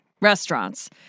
restaurants